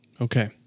Okay